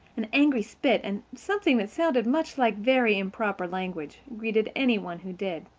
an angry spit and something that sounded much like very improper language greeted any one who did.